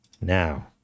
now